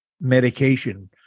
medication